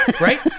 right